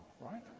right